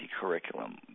curriculum